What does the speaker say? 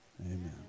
Amen